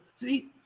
See